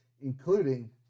Including